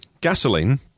gasoline